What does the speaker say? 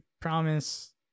promise